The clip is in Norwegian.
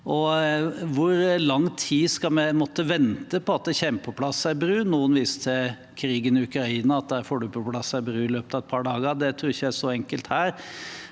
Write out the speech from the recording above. Hvor lang tid skal vi måtte vente på at det kommer på plass en bru? Noen viser til krigen i Ukraina, at der får en på plass en bru i løpet av et par dager. Det tror jeg ikke er så enkelt her.